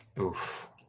Oof